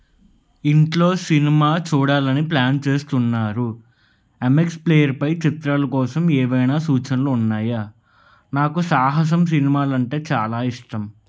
ఇంట్లో సినిమా చూడాలని ప్లాన్ చేస్తున్నారు ఎంఎక్స్ ప్లేయర్పై చిత్రాల కోసం ఏవైనా సూచనలు ఉన్నాయా నాకు సాహసం సినిమాలు అంటే చాలా ఇష్టం